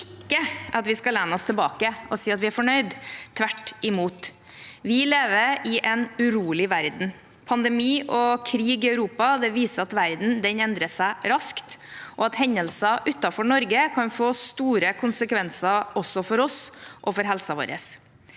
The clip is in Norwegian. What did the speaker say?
at vi skal lene oss tilbake og si at vi er fornøyde – tvert imot. Vi lever i en urolig verden. Pandemi og krig i Europa viser at verden endrer seg raskt, og at hendelser utenfor Norge kan få store konsekvenser også for oss og for helsen vår.